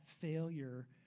failure